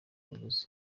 abaguzi